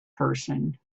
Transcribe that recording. person